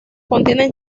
contienen